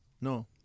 No